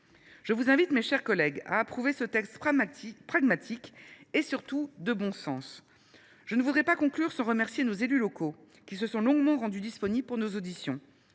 Je vous invite, mes chers collègues, à voter ce texte pragmatique et, surtout, de bon sens. Je ne voudrais pas conclure mon propos sans remercier les élus locaux qui se sont longuement rendus disponibles pour nos auditions.